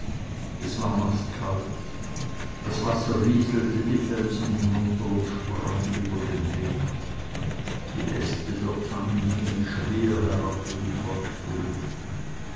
es war naßkalt das wasser rieselte die felsen hinunter und sprang über den weg die äste der tannen hingen schwer herab in die feuchte luft